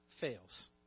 fails